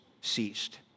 ceased